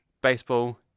baseball